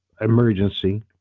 emergency